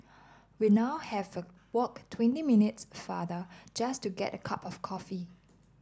we now have to walk twenty minutes farther just to get a cup of coffee